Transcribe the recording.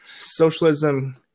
socialism